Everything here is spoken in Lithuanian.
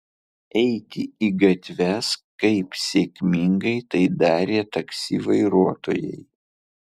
eiti į gatves kaip sėkmingai tai darė taksi vairuotojai